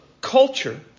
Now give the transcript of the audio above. culture